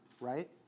Right